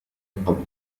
قبل